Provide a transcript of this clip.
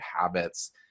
habits